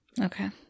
Okay